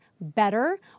better